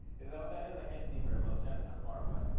is that what that is? i can't see very well. chad's kind of far away.